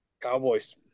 Cowboys